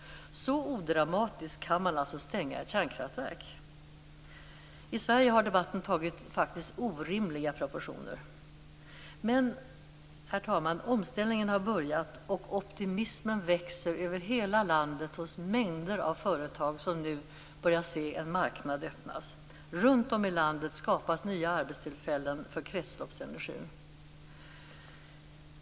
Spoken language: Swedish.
Så odramatiskt kan man alltså stänga ett kärnkraftverk. I Sverige har debatten faktiskt fått orimliga proportioner. Herr talman! Omställningen har börjat och optimismen växer över hela landet hos en mängd företag som nu börjar se en marknad öppnas. Runt om i landet skapas nya arbetstillfällen för kretsloppsenergin.